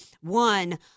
one